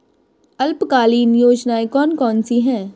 अल्पकालीन योजनाएं कौन कौन सी हैं?